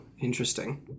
interesting